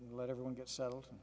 and let everyone get settled